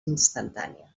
instantània